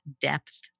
depth